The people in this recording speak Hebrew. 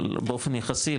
באופן יחסי,